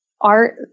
art